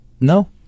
No